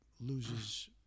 loses